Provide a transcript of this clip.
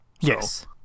Yes